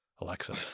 Alexa